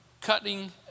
cutting